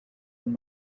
and